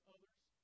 others